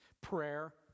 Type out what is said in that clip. prayer